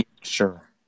Sure